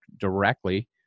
directly